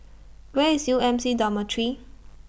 Where IS U M C Dormitory